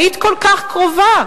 היית כל כך קרובה,